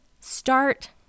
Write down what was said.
start